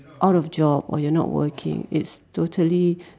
out of job or you are not working it's totally